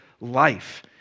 life